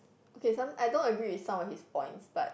okay some I don't agree with some of his points but